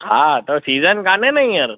हा त सीज़न कोन्हे हींअर